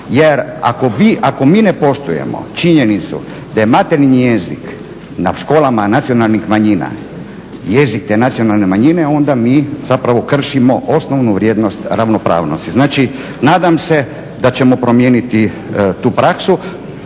Jer ako vi ne poštujemo činjenicu da je materinji jezik nad školama nacionalnih manjina jezik te nacionalne manjine onda mi zapravo kršimo osnovnu vrijednost ravnopravnosti. Znači, nadam se da ćemo promijeniti tu praksu.